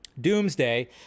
Doomsday